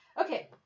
Okay